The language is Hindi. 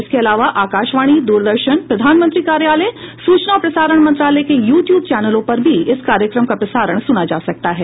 इसके अलावा आकाशवाणी दूरदर्शन प्रधानमंत्री कार्यालय सूचना और प्रसारण मंत्रालय के यू ट्यूब चैनलों पर भी इस कार्यक्रम का प्रसारण सुना जा सकता है